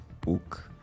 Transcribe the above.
book